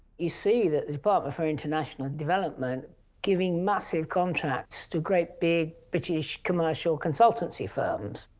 you see that department for international development giving massive contracts to great big british commercial consultancy firms